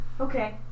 Okay